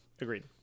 agreed